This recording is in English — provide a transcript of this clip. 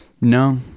No